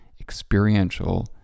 experiential